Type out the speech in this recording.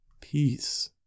peace